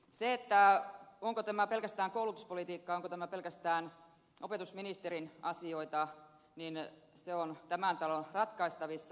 se onko tämä pelkästään koulutuspolitiikkaa onko tämä pelkästään opetusministerin asioita on tämän talon ratkaistavissa